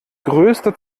größte